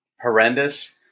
horrendous